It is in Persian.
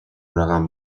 رقم